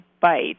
bite